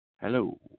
Hello